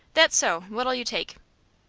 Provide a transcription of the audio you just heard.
that's so. what'll you take?